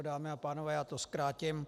Dámy a pánové, já to zkrátím.